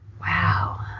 Wow